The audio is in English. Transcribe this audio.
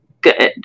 good